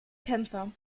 kämpfer